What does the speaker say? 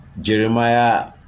Jeremiah